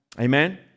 Amen